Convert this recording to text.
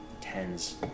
tens